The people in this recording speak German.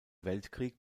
weltkrieg